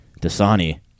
Dasani